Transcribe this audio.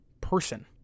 person